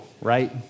right